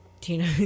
Tina